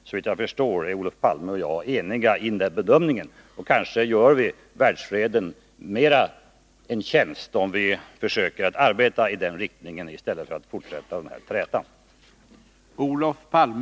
Såvitt jag förstår är Olof Palme och jag eniga i den bedömningen. Kanske vi gör världsfreden en större tjänst om vi försöker att arbeta i den riktningen i stället för att fortsätta den här trätan.